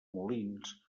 molins